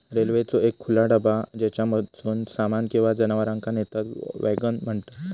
रेल्वेचो एक खुला डबा ज्येच्यामधसून सामान किंवा जनावरांका नेतत वॅगन म्हणतत